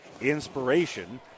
inspiration